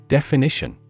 Definition